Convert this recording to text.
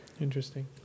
Interesting